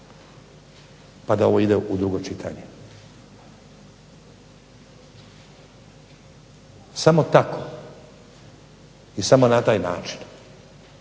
pa da ovo ide u drugo čitanje. Samo tako i samo na taj način